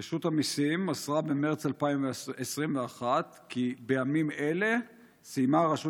רשות המיסים מסרה במרץ 2021 כי "בימים אלה סיימה הרשות